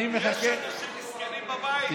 יש אנשים מסכנים בבית,